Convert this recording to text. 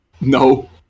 No